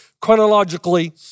chronologically